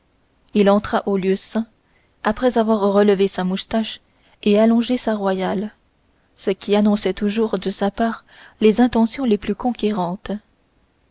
il entra au lieu saint après avoir relevé sa moustache et allongé sa royale ce qui annonçait toujours de sa part les intentions les plus conquérantes